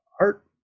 art